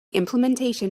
implementation